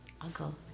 Uncle